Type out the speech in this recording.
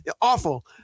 Awful